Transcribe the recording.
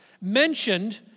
mentioned